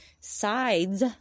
sides